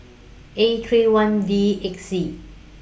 A three one V eight C